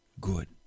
good